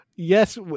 Yes